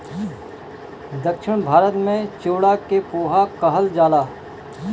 दक्षिण भारत में चिवड़ा के पोहा कहल जाला